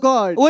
God